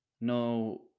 No